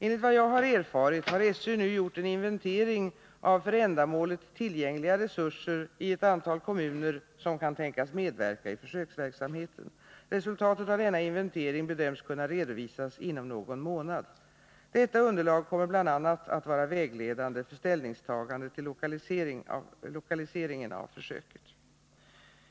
Enligt vad jag har erfarit har SÖ nu gjort en inventering av för ändamålet tillgängliga resurser i ett antal kommuner som kan tänkas medverka i försöksverksamheten. Resultatet av denna inventering bedöms kunna redovisas inom någon månad. Detta underlag kommer bl.a. att vara vägledande för ställningstagande till lokaliseringen av försöket.